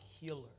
healer